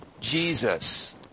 Jesus